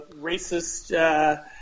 racist